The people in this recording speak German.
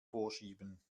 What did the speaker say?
vorschieben